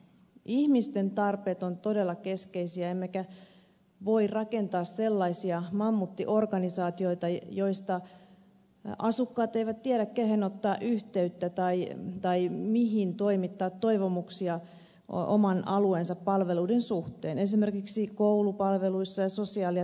ihmisten tarpeet ovat todellakin keskeisiä emmekä voi rakentaa sellaisia mammuttiorganisaatioita joista asukkaat eivät tiedä kehen ottaa yhteyttä tai mihin toimittaa toivomuksia oman alueensa palveluiden suhteen esimerkiksi koulupalveluissa ja sosiaali ja terveyspalveluissa